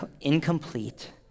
incomplete